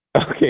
Okay